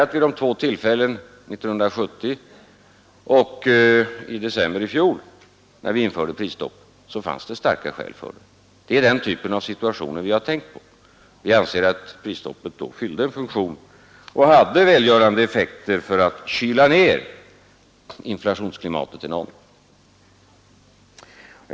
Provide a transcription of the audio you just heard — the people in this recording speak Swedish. Vid de två tillfällen — 1970 och i december i fjol — när vi införde prisstopp så fanns det enligt vår mening starka skäl för det. Det är den typen av situationer vi har tänkt på. Vi anser att prisstoppet då fyllde en funktion och hade välgörande effekter genom att kyla ned inflationsklimatet en aning.